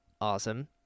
awesome